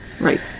Right